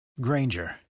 granger